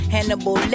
Hannibal